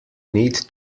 need